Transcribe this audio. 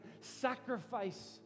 sacrifice